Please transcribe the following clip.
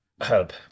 help